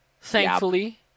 thankfully